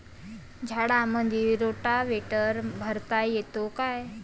झाडामंदी रोटावेटर मारता येतो काय?